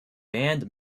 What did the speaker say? band